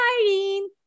exciting